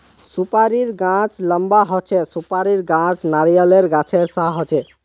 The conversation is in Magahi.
सुपारीर गाछ लंबा होचे, सुपारीर गाछ नारियालेर गाछेर सा होचे